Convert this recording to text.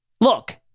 look